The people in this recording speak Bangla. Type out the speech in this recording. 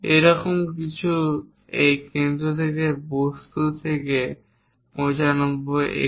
এইরকম কিছু এই কেন্দ্র থেকে বস্তু থেকে 95 একক